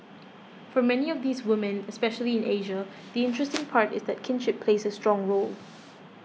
for many of these women especially in Asia the interesting part is that kinship plays a strong role